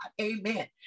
Amen